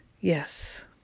Yes